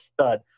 stud